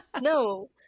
No